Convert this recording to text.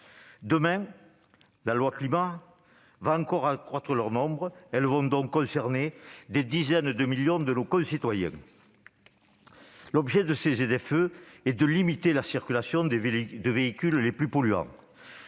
et résilience devrait encore accroître leur nombre. Elles vont donc concerner des dizaines de millions de nos concitoyens. L'objet de ces ZFE est de limiter la circulation des véhicules les plus polluants.